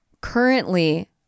currently